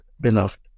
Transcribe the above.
beloved